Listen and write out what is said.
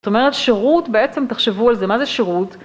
זאת אומרת שירות בעצם, תחשבו על זה, מה זה שירות?